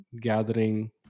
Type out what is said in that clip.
gathering